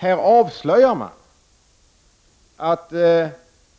Här avslöjar man att